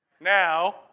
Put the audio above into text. Now